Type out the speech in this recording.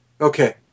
Okay